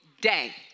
day